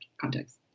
context